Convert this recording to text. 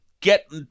get